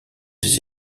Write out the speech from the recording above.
des